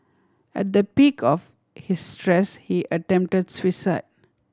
at the peak of his stress he attempted suicide